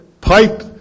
pipe